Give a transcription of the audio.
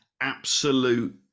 absolute